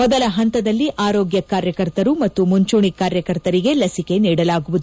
ಮೊದಲ ಪಂತದಲ್ಲಿ ಆರೋಗ್ಯ ಕಾರ್ಯಕರ್ತರು ಮತ್ತು ಮುಂಚೂಣಿ ಕಾರ್ಯಕರ್ತರಿಗೆ ಲಸಿಕೆ ನೀಡಲಾಗುವುದು